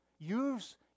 Use